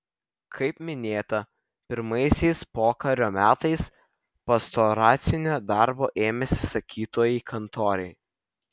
kaip minėta pirmaisiais pokario metais pastoracinio darbo ėmėsi sakytojai kantoriai